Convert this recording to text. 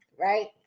right